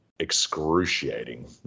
Excruciating